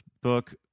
book